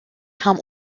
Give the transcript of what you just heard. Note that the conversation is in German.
kam